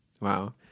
Wow